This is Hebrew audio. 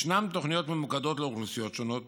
יש תוכניות ממוקדות לאוכלוסיות שונות